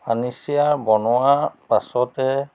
furniture বনোৱাৰ পাছতে